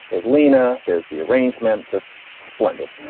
there's lena. there's the arrangement. just splendid